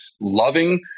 loving